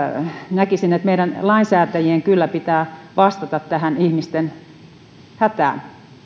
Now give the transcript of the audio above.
näkisin että meidän lainsäätäjien kyllä pitää vastata tähän ihmisten hätään